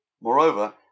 Moreover